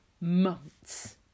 months